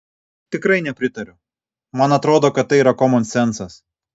tikrai nepritariu man atrodo kad tai yra komonsencas